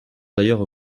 d’ailleurs